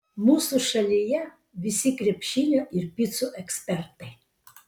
mūsų šalyje visi krepšinio ir picų ekspertai